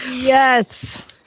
yes